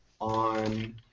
on